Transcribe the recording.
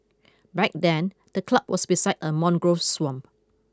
back then the club was beside a mangrove swamp